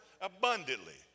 abundantly